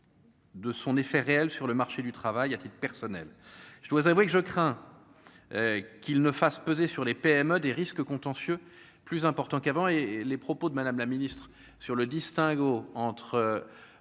De son effet réel sur le marché du travail, à titre personnel, je dois avouer que je crains qu'il ne fasse peser sur les PME des risques contentieux plus important qu'avant, et les propos de Madame la Ministre, sur le distinguo entre